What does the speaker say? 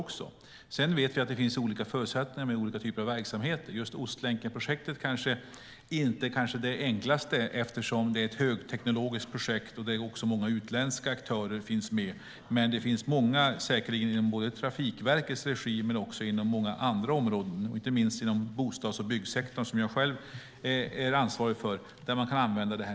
Vi vet att olika typer av verksamheter har olika förutsättningar. Just Ostlänkenprojektet är kanske inte det enklaste eftersom det är ett högteknologiskt projekt där många utländska aktörer också finns med. Men det finns många andra områden där man kan använda det här mycket mer, säkerligen inom såväl Trafikverkets regi som andra områden. Det gäller inte minst inom bostads och byggsektorn som jag själv är ansvarig för.